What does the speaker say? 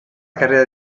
carriera